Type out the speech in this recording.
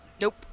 Nope